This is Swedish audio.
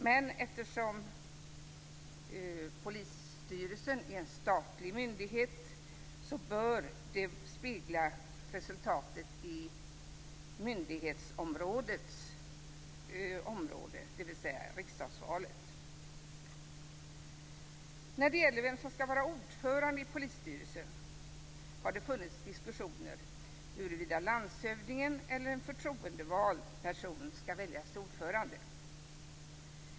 Men eftersom polisstyrelsen är en statlig myndighet bör resultatet i myndighetens område speglas, dvs. Det har funnits diskussion huruvida landshövdingen eller en förtroendevald person skall väljas till ordförande i polisstyrelsen.